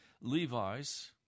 Levi's